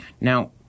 Now